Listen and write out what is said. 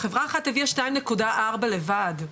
חברה אחת הביאה 2.4 טון לבד,